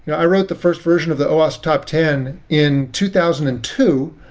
yeah i wrote the first version of the owasp top ten in two thousand and two,